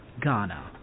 Ghana